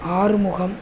Arumugam